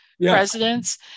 Presidents